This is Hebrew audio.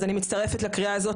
אז אני מצטרפת לקריאה הזאת,